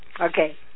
Okay